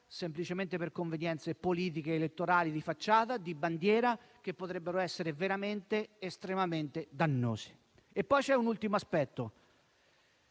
semplicemente per convenienze politico-elettorali di facciata, di bandiera, che potrebbero essere veramente estremamente dannose. C'è, poi, un ultimo aspetto